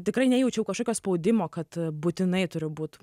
tikrai nejaučiau kažkokio spaudimo kad būtinai turi būt